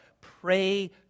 Pray